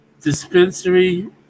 dispensary